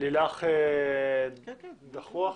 לילך דחוח,